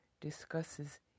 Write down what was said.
discusses